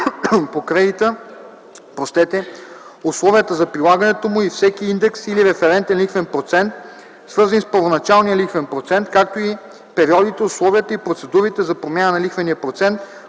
по кредита, условията за прилагането му и всеки индекс или референтен лихвен процент, свързани с първоначалния лихвен процент, както и периодите, условията и процедурите за промяна на лихвения процент;